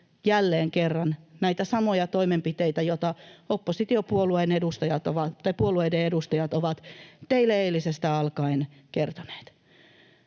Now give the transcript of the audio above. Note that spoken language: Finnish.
jälleen kerran näitä samoja toimenpiteitä, joita oppositiopuolueiden edustajat ovat teille eilisestä alkaen kertoneet.